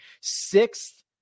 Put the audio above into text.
sixth